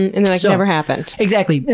and and they're like, never happened. exactly.